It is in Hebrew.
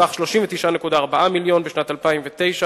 בסך 39.4 מיליון בשנת 2009,